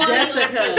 Jessica